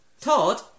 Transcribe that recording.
Todd